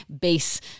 base